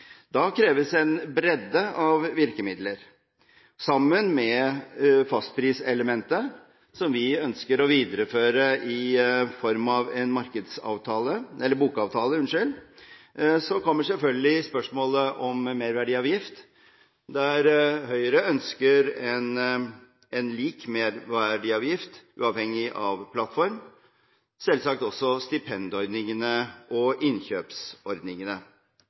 Da kreves en bredde av virkemidler, i tillegg til fastpriselementet, som vi ønsker å videreføre i form av en bokavtale. Så kommer selvfølgelig spørsmålet om merverdiavgift. Høyre ønsker en lik merverdiavgift, uavhengig av plattform, og selvsagt også stipendordningene og innkjøpsordningene